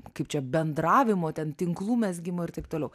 kaip čia bendravimo ten tinklų mezgimo ir taip toliau